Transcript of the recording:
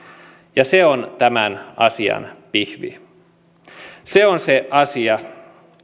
ja se on tämän asian pihvi se on se asia